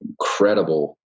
incredible